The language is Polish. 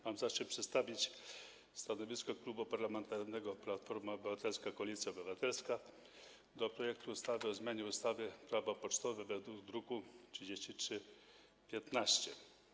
Mam zaszczyt przedstawić stanowisko Klubu Parlamentarnego Platforma Obywatelska - Koalicja Obywatelska do projektu ustawy o zmianie ustawy Prawo pocztowe, druk nr 3315.